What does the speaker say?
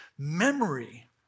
Memory